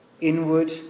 inward